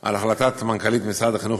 על החלטת מנכ"לית משרד החינוך,